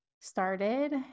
started